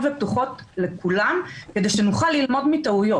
ופתוחות לכולם כדי שנוכל ללמוד מטעויות.